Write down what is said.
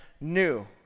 new